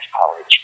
college